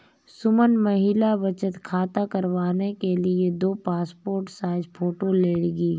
सुमन महिला बचत खाता करवाने के लिए दो पासपोर्ट साइज फोटो ले गई